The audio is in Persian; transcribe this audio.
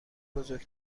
بزرگ